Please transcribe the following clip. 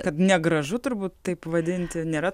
kad negražu turbūt taip vadinti nėra